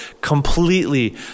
completely